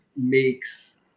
makes